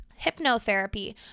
hypnotherapy